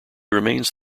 remains